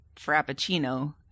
Frappuccino